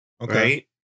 Okay